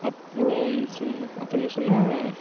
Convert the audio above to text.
அப்புறம் சொன்னால் அப்புடின்னு சொன்னால்